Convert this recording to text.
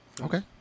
Okay